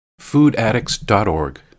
foodaddicts.org